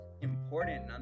important